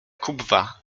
kubwa